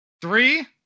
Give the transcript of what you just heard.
Three